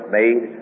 made